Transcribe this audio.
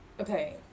Okay